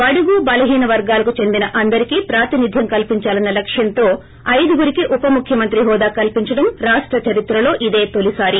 బడుగు బలహెన వర్గాలకు చెందిన అందరికి ప్రాతినిధ్యం కల్సించాలన్న లక్ష్యంతో అయిదుగురికి ఉప ముఖ్యమంత్రి హోదా కల్సించడం రాష్ట చరిత్రలో ఇదే తొలిసారి